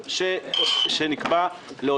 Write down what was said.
למה לא